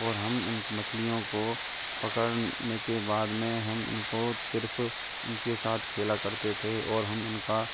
और हम उन मछलियों को पकड़ने के बाद में हम इनको सिर्फ़ इनके साथ खेला करते थे और हम उनका